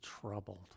troubled